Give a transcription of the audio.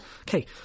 okay